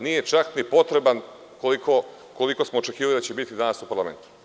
Nije čak ni potreban koliko smo očekivali da će biti danas u parlamentu.